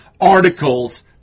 articles